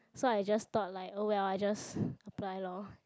so I just thought like oh well I just apply lor